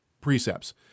precepts